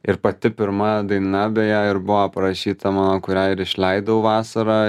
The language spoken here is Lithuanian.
ir pati pirma daina beje ir buvo parašyta mano kurią ir išleidau vasarą